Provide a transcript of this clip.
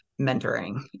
mentoring